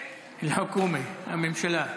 הממשלה.